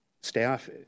staff